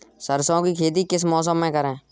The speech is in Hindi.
सरसों की खेती किस मौसम में करें?